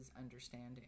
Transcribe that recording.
understanding